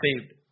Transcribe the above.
saved